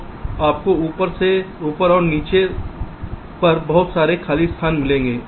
तो आपको ऊपर और नीचे पर बहुत सारे खाली स्थान मिलेंगे